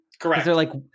Correct